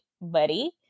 buddy